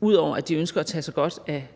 ud over at de ønsker at tage sig godt af